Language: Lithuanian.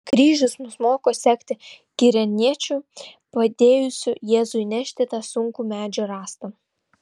kryžius mus moko sekti kirėniečiu padėjusiu jėzui nešti tą sunkų medžio rąstą